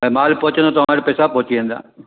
ऐं माल पहुचंदो तव्हां वटि पैसा पहुची वेंदा